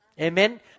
Amen